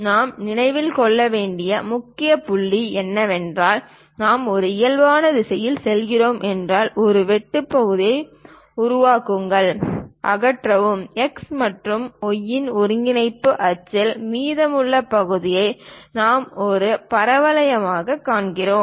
நாம் நினைவில் கொள்ள வேண்டிய முதல் புள்ளி என்னவென்றால் நாம் ஒரு இணையான திசையில் செல்கிறோம் என்றால் ஒரு வெட்டுப் பகுதியை உருவாக்குங்கள் அகற்றவும் x மற்றும் y இன் ஒருங்கிணைப்பு அச்சில் மீதமுள்ள பகுதியை நாம் ஒரு பரவளையமாகக் காண்கிறோம்